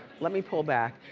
let me pull back,